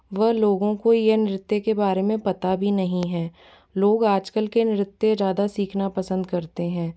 व लोगों को यह नृत्य के बारे में पता भी नहीं हैं लोग आज कल के नृत्य ज़्यादा सीखना पसंद करते हैं